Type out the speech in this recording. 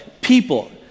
People